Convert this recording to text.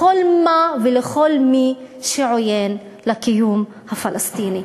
לכל מה ולכל מי שעוין לקיום הפלסטיני,